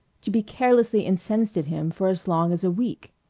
to be carelessly incensed at him for as long as a week.